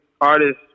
artists